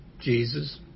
Jesus